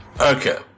Okay